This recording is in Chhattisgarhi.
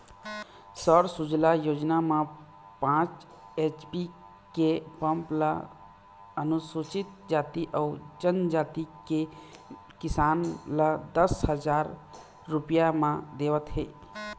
सौर सूजला योजना म पाँच एच.पी के पंप ल अनुसूचित जाति अउ जनजाति के किसान ल दस हजार रूपिया म देवत हे